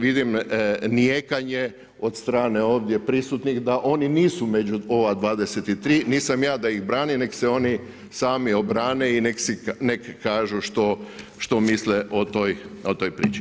Vidim nijekanje od strane ovdje prisutnih da oni nisu među ova 23, nisam ja da ih branim nek se oni sami obrane i nek kažu što misle o toj priči.